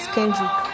Kendrick